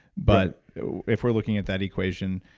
but if we're looking at that equation,